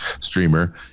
streamer